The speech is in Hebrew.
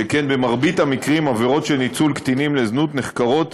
שכן במרבית המקרים עבירות של ניצול קטינים לזנות נחקרות